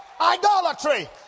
idolatry